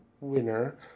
winner